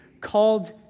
called